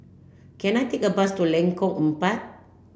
can I take a bus to Lengkok Empat